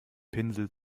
pinsel